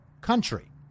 country